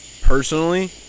personally